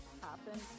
happen